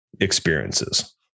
experiences